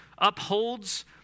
upholds